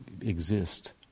exist